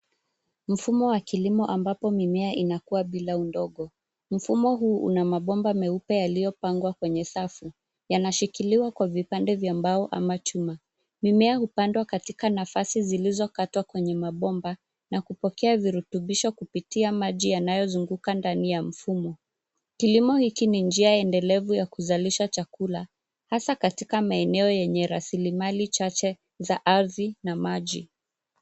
Mfumo wa kilimo ambapo mimea inakua bila udongo. Mfumo huu una mabomba meupe yaliyopangwa kwenye safu. Yanashikiliwa kwa vipande vyua mbao au chuma. Mimea hupandwa katika nafasi zilizokatwa kwenye mabomba na kupokea vurutubisho kupitia maji yanayozunguka ndani ya mfumo. Kilimo hiki ni njia endelevu ya kuzalisha chakula, hasa katika maeneo ya rasilimali chache za ardhi na maji